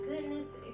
goodness